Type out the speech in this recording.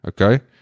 okay